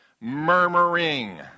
Murmuring